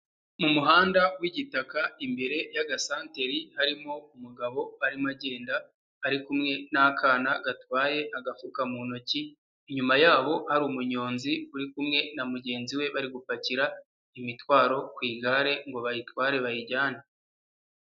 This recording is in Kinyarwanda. Mu muhanda w'igitaka imbere y'agasanteri harimo umugabo arimo agenda, ari kumwe n'akana gatwaye agafuka mu ntoki, inyuma yabo hari umunyonzi uri kumwe na mugenzi we bari gupakira, imitwaro ku igare ngo bayitware bayijyane.